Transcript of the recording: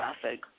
traffic